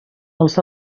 els